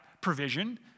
provision